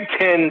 Ten